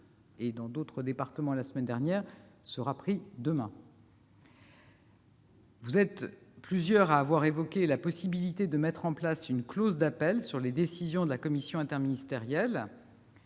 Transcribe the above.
et dans d'autres départements la semaine dernière, sera pris demain. Mesdames, messieurs les sénateurs, vous êtes plusieurs à avoir évoqué la possibilité de mettre en place une clause d'appel sur les décisions de la commission interministérielle.